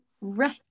Right